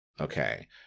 Okay